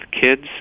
Kids